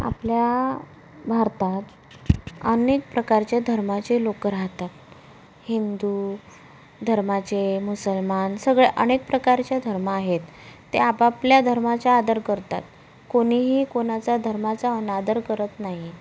आपल्या भारतात अनेक प्रकारचे धर्माचे लोकं राहतात हिंदू धर्माचे मुसलमान सगळे अनेक प्रकारचे धर्म आहेत ते आपापल्या धर्माचे आदर करतात कोणीही कोणाचा धर्माचा अनादर करत नाही